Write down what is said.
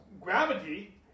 gravity